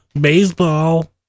Baseball